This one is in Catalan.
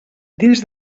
dins